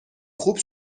خوب